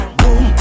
boom